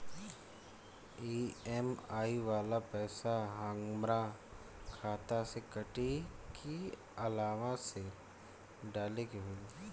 EMI वाला पैसा हाम्रा खाता से कटी की अलावा से डाले के होई?